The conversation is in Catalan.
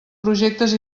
projectes